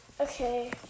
Okay